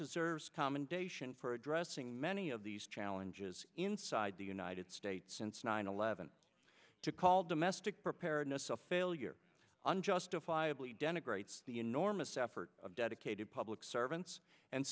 deserves commendation for addressing many of these challenges inside the united states since nine eleven to call domestic preparedness a failure unjustifiably denigrates the enormous effort of dedicated public servants and